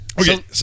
okay